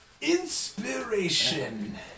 Inspiration